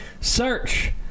Search